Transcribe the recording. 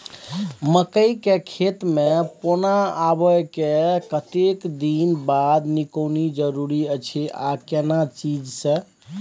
मकई के खेत मे पौना आबय के कतेक दिन बाद निकौनी जरूरी अछि आ केना चीज से?